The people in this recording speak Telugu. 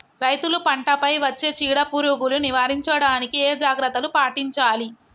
రైతులు పంట పై వచ్చే చీడ పురుగులు నివారించడానికి ఏ జాగ్రత్తలు పాటించాలి?